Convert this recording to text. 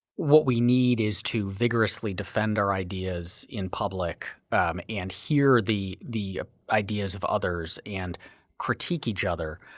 what we need is to vigorously defend our ideas in public and hear the the ideas of others and critique each other.